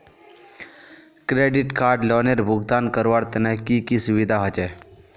Credit card लोनेर भुगतान करवार तने की की सुविधा होचे??